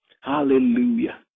Hallelujah